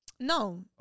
No